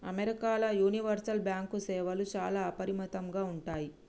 అమెరికాల universal bank సేవలు చాలా అపరిమితంగా ఉంటయ్